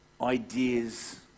ideas